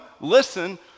listen